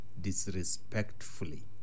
disrespectfully